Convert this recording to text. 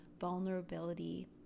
vulnerability